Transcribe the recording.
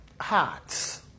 hearts